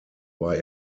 war